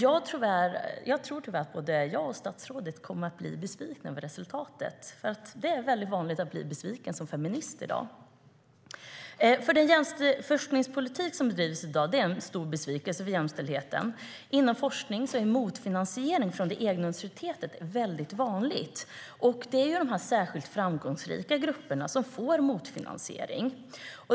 Jag tror tyvärr att både jag och statsrådet kommer att bli besvikna över resultatet, för det är väldigt vanligt att man som feminist i dag blir besviken. Den forskningspolitik som bedrivs i dag är en besvikelse för jämställdheten. Inom forskning är motfinansiering från det egna universitetet väldigt vanligt, och det är de särskilt framgångsrika grupperna som får motfinansiering.